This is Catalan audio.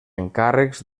encàrrecs